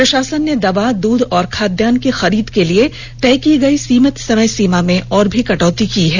प्रशासन ने दवा दूध और खाद्यान्न की खरीद के लिए तय की गयी सीमित समय सीमा में और भी कटौती कर दी